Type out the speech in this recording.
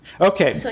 Okay